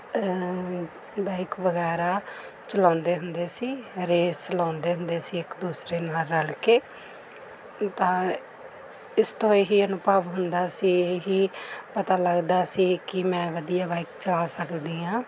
bike ਵਗੈਰਾ ਚਲਾਉਂਦੇ ਹੁੰਦੇ ਸੀ ਰੇਸ ਲਾਉਂਦੇ ਹੁੰਦੇ ਸੀ ਇੱਕ ਦੂਸਰੇ ਨਾਲ ਰਲ ਕੇ ਤਾਂ ਇਸ ਤੋਂ ਇਹ ਅਨੁਭਵ ਹੁੰਦਾ ਸੀ ਇਹ ਪਤਾ ਲੱਗਦਾ ਸੀ ਕਿ ਮੈਂ ਵਧੀਆ ਬਾਇਕ ਚਲਾ ਸਕਦੀ ਹਾਂ